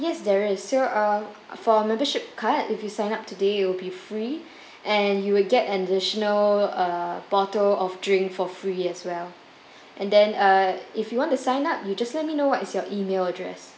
yes there is so uh for our membership card if you sign up today it will be free and you will get an additional a bottle of drink for free as well and then uh if you want to sign up you just let me know what is your email address